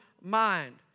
mind